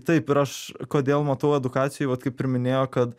taip ir aš kodėl matau edukacijoj vat kaip ir minėjo kad